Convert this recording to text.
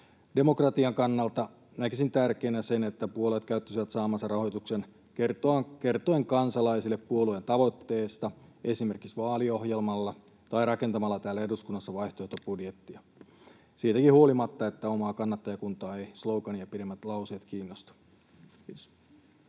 Demokratian kannalta näkisin tärkeänä sen, että puolueet käyttäisivät saamansa rahoituksen kertoen kansalaisille puolueen tavoitteista esimerkiksi vaaliohjelmalla tai rakentamalla täällä eduskunnassa vaihtoehtobudjettia — siitäkin huolimatta, että omaa kannattajakuntaa eivät slogania pidemmät lauseet kiinnosta. — Kiitos.